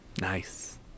nice